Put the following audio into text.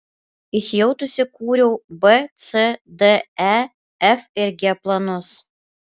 įsijautusi kūriau b c d e f ir g planus